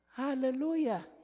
Hallelujah